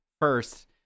first